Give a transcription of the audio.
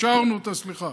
סליחה.